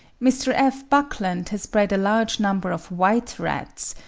mr. f. buckland has bred a large number of white rats,